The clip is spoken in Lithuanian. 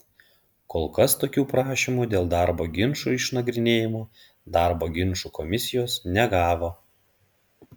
kol kas tokių prašymų dėl darbo ginčų išnagrinėjimo darbo ginčų komisijos negavo